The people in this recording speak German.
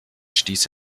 stieß